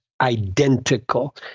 identical